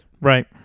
Right